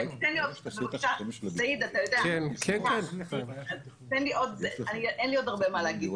אין לי עוד הרבה מה להגיד,